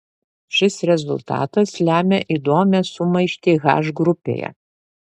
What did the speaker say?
šis rezultatas lemia įdomią sumaištį h grupėje